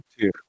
two